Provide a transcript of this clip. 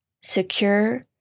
secure